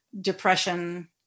depression